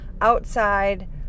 outside